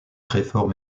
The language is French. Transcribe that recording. réforme